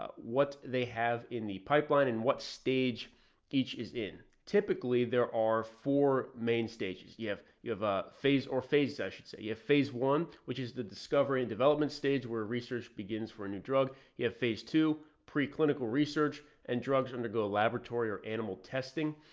ah what they have in the pipeline and what stage each is in. typically there are four main stages. you have, you have a phase or phase, i should say you have phase one, which is the discovery and development stage where research begins for a new drug. you have phase two preclinical research and drugs undergo laboratory or animal testing.